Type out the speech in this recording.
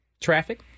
traffic